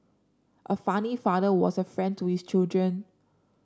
a funny father was a friend to his children